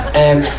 and,